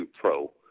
pro